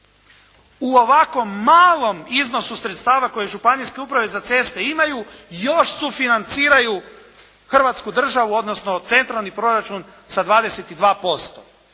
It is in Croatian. U ovakvom malom iznosu sredstava koje županijske uprave za ceste imaju, još sufinanciraju Hrvatsku državu, odnosno centralni proračun sa 22%,